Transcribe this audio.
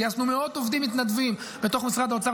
גייסנו מאות עובדים מתנדבים בתוך משרד האוצר,